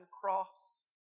cross